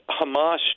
Hamas